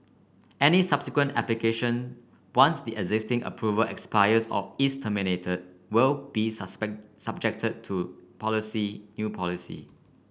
any subsequent application once the existing approval expires or is terminated will be subjected to policy new policy